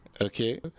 Okay